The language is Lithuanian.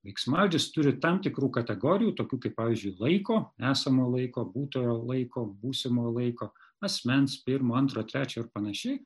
veiksmažodis turi tam tikrų kategorijų tokių kaip pavyzdžiui laiko esamojo laiko būtojo laiko būsimojo laiko asmens pirmo antro trečio ir panašiai